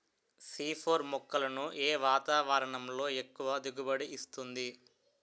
C four మొక్కలను ఏ వాతావరణంలో ఎక్కువ దిగుబడి ఇస్తుంది?